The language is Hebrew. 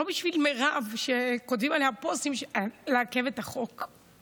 לא בשביל מירב שכותבים עליה פוסטים שהיא מעכבת את החוק.